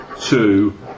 two